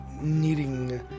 needing